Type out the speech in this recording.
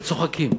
וצוחקים,